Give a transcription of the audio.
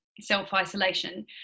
self-isolation